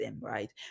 right